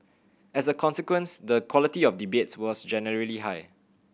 as a consequence the quality of debates was generally high